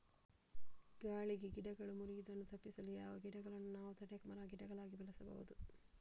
ಗಾಳಿಗೆ ಗಿಡಗಳು ಮುರಿಯುದನ್ನು ತಪಿಸಲು ಯಾವ ಗಿಡಗಳನ್ನು ನಾವು ತಡೆ ಮರ, ಗಿಡಗಳಾಗಿ ಬೆಳಸಬಹುದು?